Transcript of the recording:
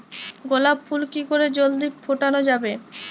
গোলাপ ফুল কি করে জলদি ফোটানো যাবে?